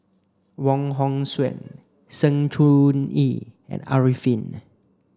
Wong Hong Suen Sng Choon Yee and Arifin